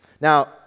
Now